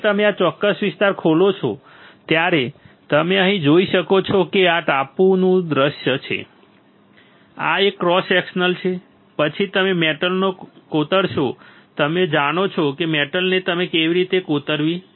જ્યારે તમે આ ચોક્કસ વિસ્તાર ખોલો છો ત્યારે તમે અહીં જોઈ શકો છો કે આ ટોચનું દૃશ્ય છે આ એક ક્રોસ સેક્શન છે પછી તમે મેટલને કોતરશો તમે જાણો છો કે મેટલને હવે કેવી રીતે કોતરવી